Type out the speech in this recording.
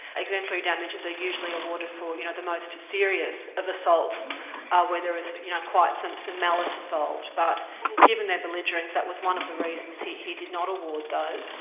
exemplary damages are usually awarded for you know the most serious of assaults ah where there is you know some some malice involved, but given their belligerence, that was one of the reasons he he did not award those.